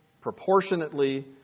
proportionately